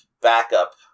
backup